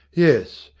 yes,